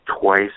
twice